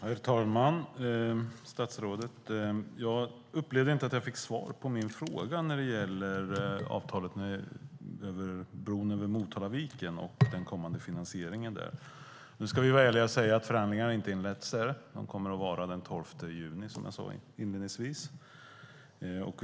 Herr talman! Jag upplevde inte att jag fick svar på min fråga när det gäller avtalet om bron över Motalaviken och den kommande finansieringen. Nu ska vi vara ärliga och säga att förhandlingarna inte har inletts. Som jag sade inledningsvis kommer de att vara den 12 juni.